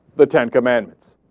the ten commandments.